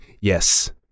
yes